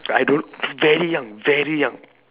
I don't very young very young